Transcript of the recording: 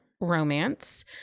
romance